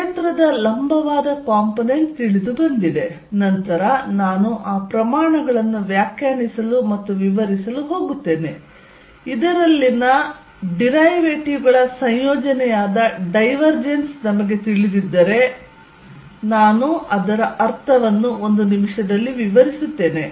ಆದ್ದರಿಂದ ಕ್ಷೇತ್ರದ ಲಂಬವಾದ ಕಾಂಪೊನೆಂಟ್ ತಿಳಿದುಬಂದಿದೆ ನಂತರ ನಾನು ಆ ಪ್ರಮಾಣಗಳನ್ನು ವ್ಯಾಖ್ಯಾನಿಸಲು ಮತ್ತು ವಿವರಿಸಲು ಹೋಗುತ್ತೇನೆ ಇದರಲ್ಲಿನ ಡಿರೈವೇಟಿವ್ ಗಳ ಸಂಯೋಜನೆಯಾದ ಡೈವರ್ಜೆನ್ಸ್ ನಮಗೆ ತಿಳಿದಿದ್ದರೆ ನಾನು ಅದರ ಅರ್ಥವನ್ನು ಒಂದು ನಿಮಿಷದಲ್ಲಿ ವಿವರಿಸುತ್ತೇನೆ